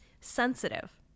sensitive